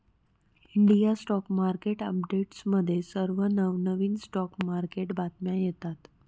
India stock market अपडेट्समध्ये सर्व नवनवीन स्टॉक मार्केट बातम्या येतात